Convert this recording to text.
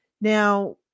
Now